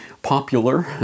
popular